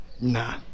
Nah